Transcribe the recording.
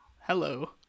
Hello